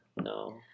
No